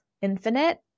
infinite